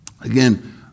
again